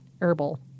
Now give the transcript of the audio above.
herbal